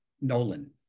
Nolan